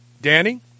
Danny